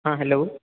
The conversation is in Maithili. हँ हैलो